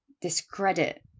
discredit